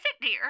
dear